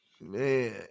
Man